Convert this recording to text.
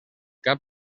cap